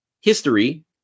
history